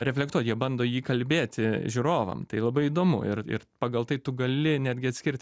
reflektuot jie bando jį kalbėti žiūrovam tai labai įdomu ir ir pagal tai tu gali netgi atskirt